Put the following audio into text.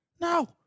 No